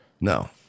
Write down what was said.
No